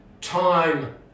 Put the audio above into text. time